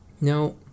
Now